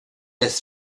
des